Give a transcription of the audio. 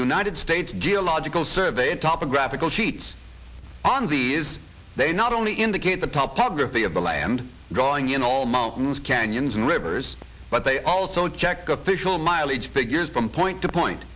united states geological survey topic graphical sheets on the is they not only indicate the top august they have the land growing in all mountains canyons and rivers but they also check official mileage figures from point to point